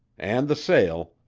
and the sail,